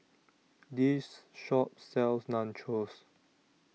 This Shop sells Nachos